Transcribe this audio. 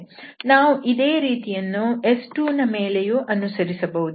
ನಾವು ಇದೇ ರೀತಿಯನ್ನು S2ನ ಮೇಲೆಯೂ ಅನುಸರಿಸಬಹುದು